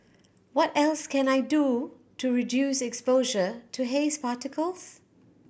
what else can I do to reduce exposure to haze particles